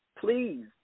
please